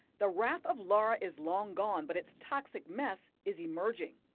the wrath of laura is long gone, but its toxic mess is emerging.